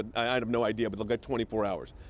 i have no idea, but it'll go twenty four hours.